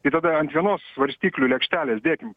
tai tada ant vienos svarstyklių lėkštelės dėkim